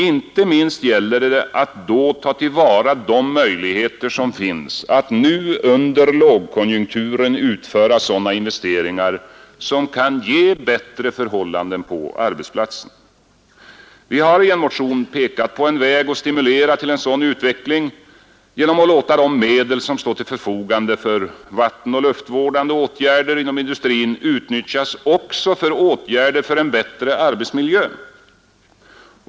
Inte minst gäller det då att tillvarata de möjligheter som finns att nu under lågkonjunkturen utföra sådana investeringar som kan ge bättre förhållanden på arbetsplatsen. Vi har i en motion pekat på en väg att stimulera en sådan utveckling, nämligen att låta de medel som står till förfogande för vattenoch luftvårdande åtgärder inom industrin utnyttjas också för åtgärder för en bättre arbetsmiljö.